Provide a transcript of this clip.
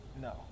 No